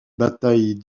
bataille